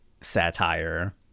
satire